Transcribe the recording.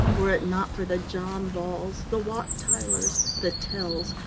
were it not for the john balls, the wat tylers, the tells,